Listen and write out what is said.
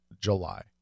July